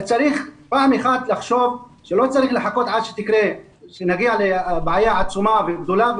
צריך פעם אחת לחשוב שלא צריך לחכות עד שנגיע לבעיה עצומה וגדולה,